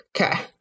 Okay